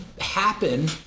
happen